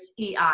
EI